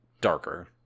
darker